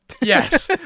Yes